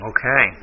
Okay